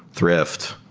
thrift,